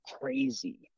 crazy